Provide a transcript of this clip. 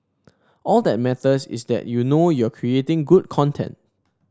all that matters is that you know you're creating good content